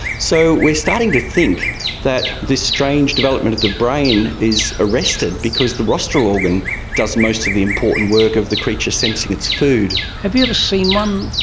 so we're starting to think that this strange development of the brain is arrested because the rostral organ does most of the important work of the creature sensing its food. have you ever seen one,